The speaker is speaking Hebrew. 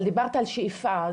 אבל דיברת על שאיפה,